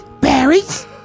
Berries